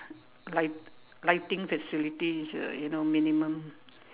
light~ lighting facility is uh you know minimum